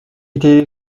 était